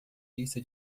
lista